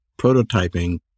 prototyping